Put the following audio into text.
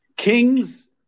Kings